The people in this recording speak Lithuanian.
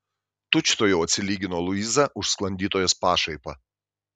tučtuojau atsilygino luiza už sklandytojos pašaipą